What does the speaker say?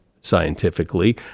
scientifically